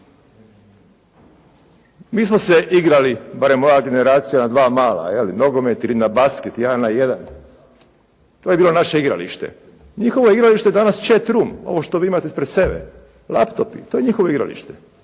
Mi smo se igrali, barem moja generacija, na dva mala, je li, nogomet ili na basket 1 na 1. To je bilo naše igralište. Njihovo igralište danas je «chat room». Ovo što vi imate ispred sebe. Laptopi, to je njihovo igralište.